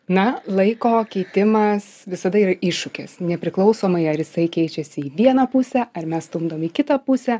na laiko keitimas visada yra iššūkis nepriklausomai ar jisai keičiasi į vieną pusę ar mes stumdom į kitą pusę